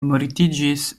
mortiĝis